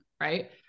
Right